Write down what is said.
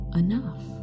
enough